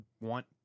want